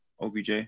OBJ